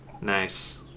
Nice